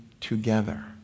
together